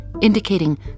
indicating